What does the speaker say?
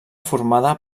formada